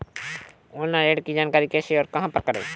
Online ऋण की जानकारी कैसे और कहां पर करें?